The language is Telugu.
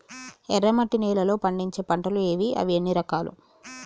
ఎర్రమట్టి నేలలో పండించే పంటలు ఏవి? అవి ఎన్ని రకాలు?